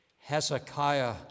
Hezekiah